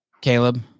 Caleb